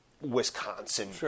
Wisconsin